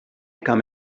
come